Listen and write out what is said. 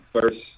first